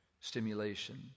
stimulation